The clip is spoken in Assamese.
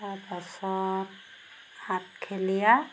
তাৰপাছত হাত খেলিয়া